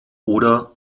oder